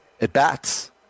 at-bats